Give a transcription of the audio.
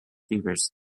fevers